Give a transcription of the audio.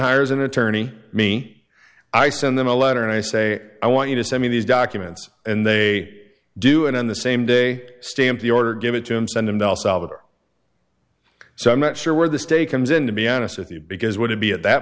hires an attorney me i send them a letter and i say i want you to send me these documents and they do and on the same day stamp the order give it to him send him down salvador so i'm not sure where the state comes in to be honest with you because would it be at that